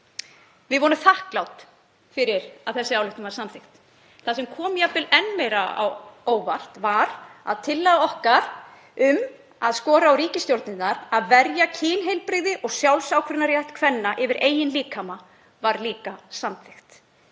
Við vorum þakklát fyrir að þessi ályktun var samþykkt. Þar kom jafnvel enn meira á óvart að tillaga okkar um að skora á ríkisstjórnirnar að verja kynheilbrigði og sjálfsákvörðunarrétt kvenna yfir eigin líkama var líka samþykkt.